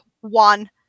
one